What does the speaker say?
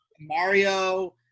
mario